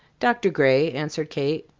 dr. gray, answered kate.